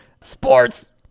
Sports